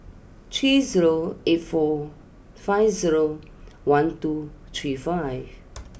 three zero eight four five zero one two three five